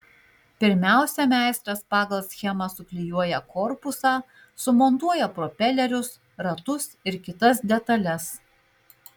pirmiausia meistras pagal schemą suklijuoja korpusą sumontuoja propelerius ratus ir kitas detales